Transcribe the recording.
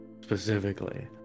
specifically